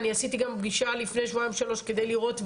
אני עשיתי גם פגישה לפני שבועיים שלושה כדי לראות,